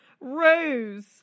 rose